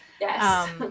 Yes